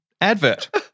advert